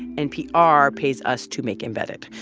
npr pays us to make embedded.